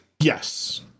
Yes